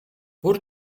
бүр